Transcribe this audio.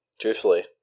Truthfully